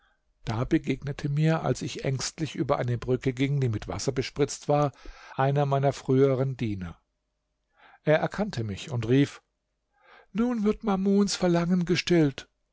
da begegnete mir als ich ängstlich über eine brücke ging die mit wasser bespritzt war einer meiner frühem diener er erkannte mich und rief nun wird mamuns verlangen gestillt